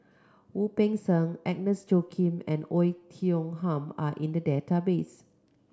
Wu Peng Seng Agnes Joaquim and Oei Tiong Ham are in the database